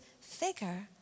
figure